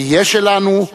תהיה שלנו,